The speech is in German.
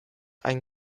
ein